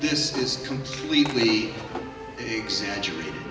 this is completely exaggerated